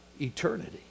eternity